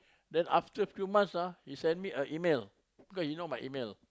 then after few months ah he send me an email cause he know my email